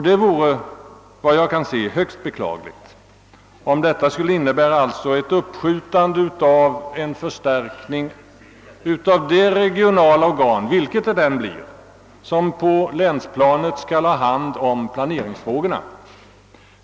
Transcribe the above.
Det vore såvitt jag förstår högst beklagligt om följden bleve ett uppskjutande av förstärkningen av det regionala organ — vilket det än blir — som på länsplanet skall ha hand om planeringsfrågorna.